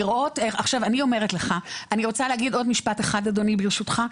אני רוצה להגיד עוד משפט אחד אדוני, ברשותך.